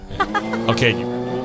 Okay